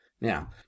now